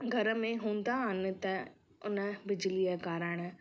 घर में हूंदा आहिनि त उन बिजलीअ कारण